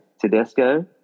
Tedesco